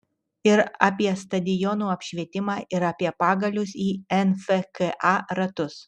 ir apie stadionų apšvietimą ir apie pagalius į nfka ratus